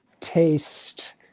taste